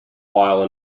while